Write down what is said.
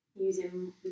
using